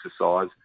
exercise